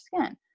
skin